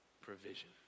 provision